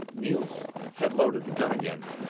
niels had loaded the gun again,